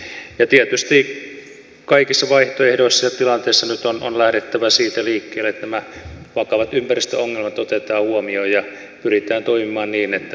tietysti kaikissa vaihtoehdoissa ja tilanteissa nyt on lähdettävä liikkeelle siitä että nämä vakavat ympäristöongelmat otetaan huomioon ja pyritään toimimaan niin että nämä ongelmat pystytään korjaamaan